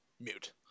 mute